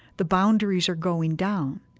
the boundaries are going down.